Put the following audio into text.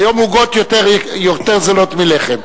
היום עוגות יותר זולות מלחם.